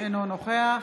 אינו נוכח